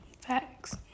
Facts